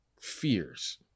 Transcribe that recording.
fears